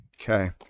Okay